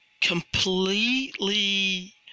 completely